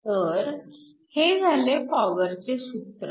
तर हे झाले पॉवरचे सूत्र